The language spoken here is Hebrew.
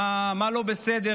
מה לא בסדר,